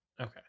Okay